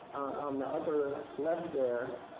um the upper left there,